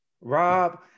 Rob